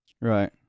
Right